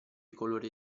colore